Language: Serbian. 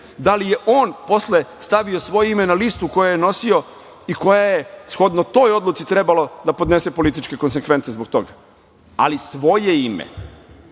Da li je on posle stavio svoje ime na listu koju je nosio i koja je shodno toj odluci trebalo da podnese političke konsekvence zbog toga? Ali, svoje